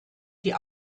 die